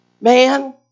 man